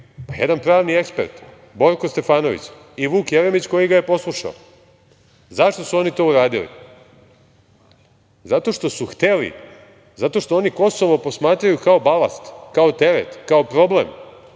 jedan pravni ekspert Borko Stefanović i Vuk Jeremić koji ga je poslušao. Zašto su oni to uradili? Zato što hteli, zato što oni Kosovo posmatraju kao balast, kao teret, kao problem.